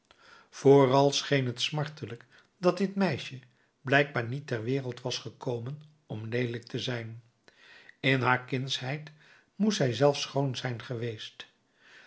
vooral scheen het smartelijk dat dit meisje blijkbaar niet ter wereld was gekomen om leelijk te zijn in haar kindsheid moest zij zelfs schoon zijn geweest